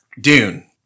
Dune